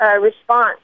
response